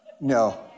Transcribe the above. No